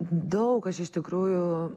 daug aš iš tikrųjų